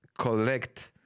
collect